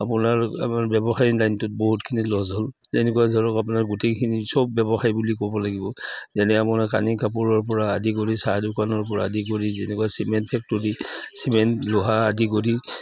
আপোনাৰ আৰু ব্যৱসায়ী লাইনটোত বহুতখিনি লছ হ'ল যেনেকুৱা ধৰক আপোনাৰ গোটেইখিনি চব ব্যৱসায় বুলি ক'ব লাগিব যেনে আপোনাৰ কানি কাপোৰৰ পৰা আদি কৰি চাহ দোকানৰ পৰা আদি কৰি যেনেকুৱা চিমেণ্ট ফেক্টৰী চিমেণ্ট লোহা আদি কৰি